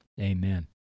Amen